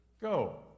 Go